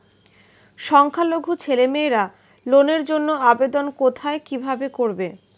সংখ্যালঘু ছেলেমেয়েরা লোনের জন্য আবেদন কোথায় কিভাবে করবে?